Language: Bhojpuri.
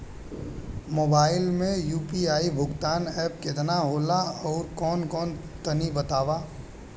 मोबाइल म यू.पी.आई भुगतान एप केतना होला आउरकौन कौन तनि बतावा?